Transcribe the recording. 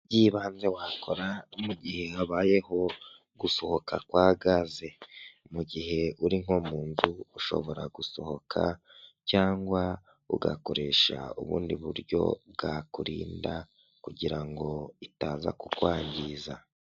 Iby'ibanze wakora mu gihe habayeho gusohoka kwa gaze, mu gihe uri nko mu nzu ushobora gusohoka cyangwa ugakoresha ubundi buryo bwakurinda kugira ngo itaza kukwangiza.